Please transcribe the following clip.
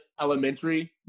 Elementary